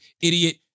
idiot